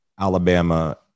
Alabama